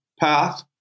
path